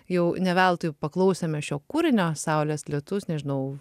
jau ne veltui paklausėme šio kūrinio saulės lietus nežinau